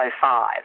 five